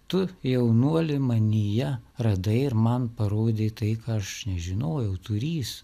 tu jaunuoli manyje radai ir man parodei tai ką aš nežinojau turįs